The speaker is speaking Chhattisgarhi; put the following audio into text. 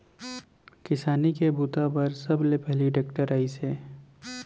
किसानी के बूता बर सबले पहिली टेक्टर आइस हे